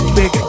big